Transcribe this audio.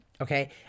Okay